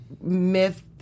myth